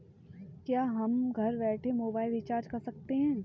क्या हम घर बैठे मोबाइल रिचार्ज कर सकते हैं?